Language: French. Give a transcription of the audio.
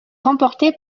remportée